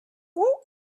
woot